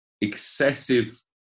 excessive